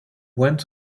went